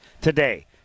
today